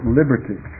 liberty